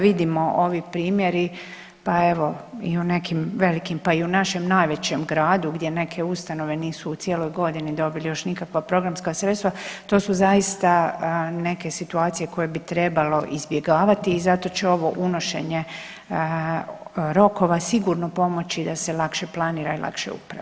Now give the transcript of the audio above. Vidimo ovi primjeri, pa evo i u nekim velikim pa i u našem najvećem gradu, gdje neke ustanove nisu u cijeloj godini dobili još nikakva programska sredstva to su zaista neke situacije koje bi trebalo izbjegavati i zato će ovo unošenje rokova sigurno pomoći da se lakše planira i lakše upravlja.